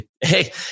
Hey